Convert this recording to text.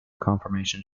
conformation